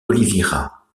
oliveira